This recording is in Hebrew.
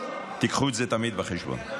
תיקחו את זה תמיד בחשבון.